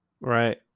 right